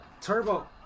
turbo